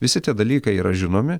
visi tie dalykai yra žinomi